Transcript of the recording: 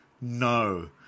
no